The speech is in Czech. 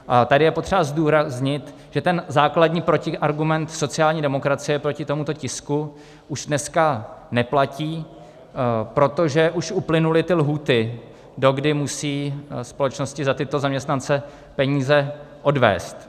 A tady je potřeba zdůraznit, že ten základní protiargument sociální demokracie proti tomuto tisku už dneska neplatí, protože už uplynuly lhůty, dokdy musí společnosti za tyto zaměstnance peníze odvést.